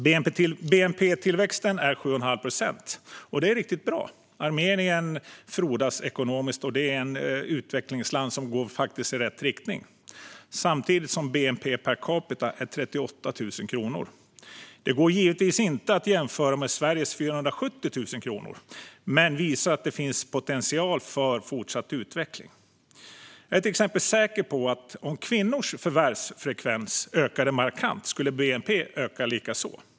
Bnp-tillväxten är 7 1⁄2 procent, vilket är riktigt bra. Armenien frodas ekonomiskt, och det är ett utvecklingsland som går i rätt riktning. Bnp per capita är 38 000 kronor, vilket givetvis inte går att jämföra med Sveriges 470 000 kronor. Men detta visar att det finns potential för fortsatt utveckling. Jag är till exempel säker på att en markant ökad förvärvsfrekvens för kvinnor skulle öka bnp.